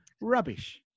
rubbish